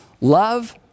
Love